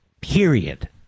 period